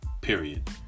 period